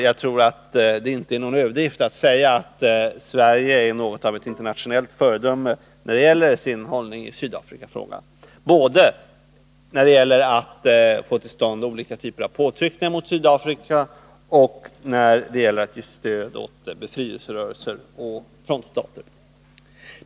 Jag tror att det inte är någon överdrift att säga att Sverige i sin hållning i Sydafrikafrågan är något av ett internationellt föredöme både när det gäller att få till stånd olika typer av påtryckningar mot Sydafrika och när det gäller att ge stöd åt befrielserörelser och frontstater.